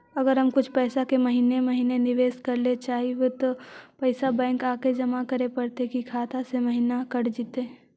अगर हम कुछ पैसा के महिने महिने निबेस करे ल चाहबइ तब पैसा बैक आके जमा करे पड़तै कि खाता से महिना कट जितै?